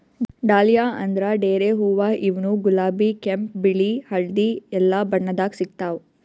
dahlia ಅಂದ್ರ ಡೇರೆ ಹೂವಾ ಇವ್ನು ಗುಲಾಬಿ ಕೆಂಪ್ ಬಿಳಿ ಹಳ್ದಿ ಎಲ್ಲಾ ಬಣ್ಣದಾಗ್ ಸಿಗ್ತಾವ್